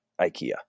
ikea